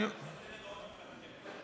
מלכיאלי, אני אתן לך עוד משפט להתייחס אליו.